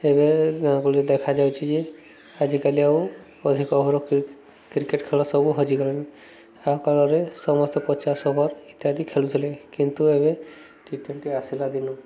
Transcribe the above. ଏବେ ଗାଁ ଗହଳିରେ ଦେଖାଯାଉଛି ଯେ ଆଜିକାଲି ଆଉ ଅଧିକ ଓଭର୍ କ୍ରିକେଟ୍ ଖେଳ ସବୁ ହଜିଗଲାଣି ଆଗକାଳରେ ସମସ୍ତେ ପଚାଶ ଓଭର୍ ଇତ୍ୟାଦି ଖେଳୁଥିଲେ କିନ୍ତୁ ଏବେ ଟି ଟ୍ୱେଣ୍ଟି ଆସିଲା ଦିନୁ